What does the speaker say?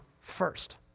first